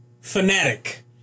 fanatic